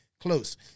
close